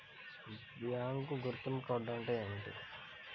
Bank గుర్తింపు card అంటే ఏమిటి?